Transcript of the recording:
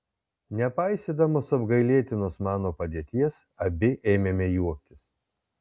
nepaisydamos apgailėtinos mano padėties abi ėmėme juoktis